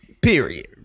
Period